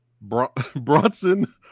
Bronson